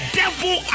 devil